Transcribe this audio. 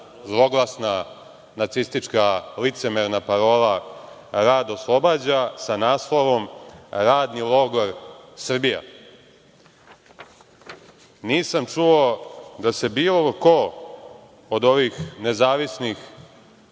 zloglasna nacistička licemerna parola, sa naslovom „Radni logor – Srbija“.Nisam čuo da se bilo ko od ovih nezavisnih